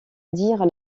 dire